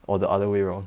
or the other way round